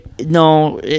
no